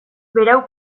berau